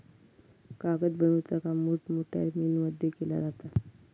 कागद बनवुचा काम मोठमोठ्या मिलमध्ये केला जाता